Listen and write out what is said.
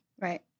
Right